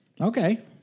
Okay